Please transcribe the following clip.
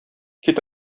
кит